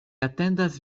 atendas